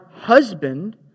husband